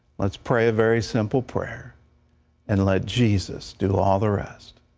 let's pray a very simple prayer and let jesus do all the rest.